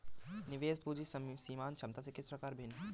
निवेश पूंजी सीमांत क्षमता से किस प्रकार भिन्न है?